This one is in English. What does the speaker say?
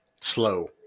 slow